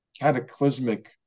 cataclysmic